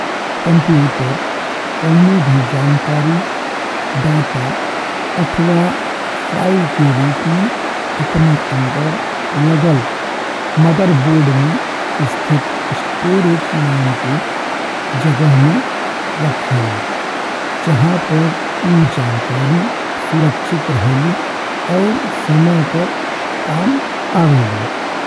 Computer कउनो भी जानकारी डाटा अथवा फाइल के रूप में अपने अंदर लगल। मदर बोर्ड में स्थित स्टोरेज नाम के जगह में रखेला जहाँ पर ऊ जानकारी सुरक्षित रहेला और समय पर काम आवेले।